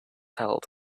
held